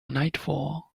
nightfall